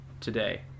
today